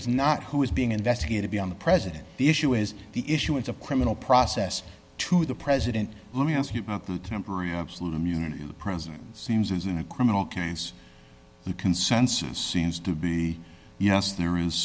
is not who is being investigated be on the president the issue is the issuance of criminal process to the president let me ask you about the temporary absolute immunity the president seems is in a criminal case the consensus seems to be you know us there is